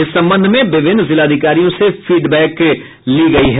इस संबंध में विभिन्न जिलाधिकारियों से फीडबैक ली गयी है